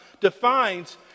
defines